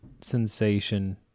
sensation